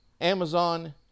Amazon